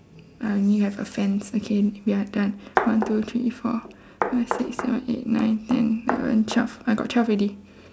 I only have a fence okay we are done one two three four five six seven eight nine ten eleven twelve I got twelve already